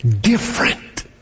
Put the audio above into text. different